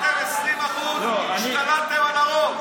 אתם 20%, השתלטתם על הרוב.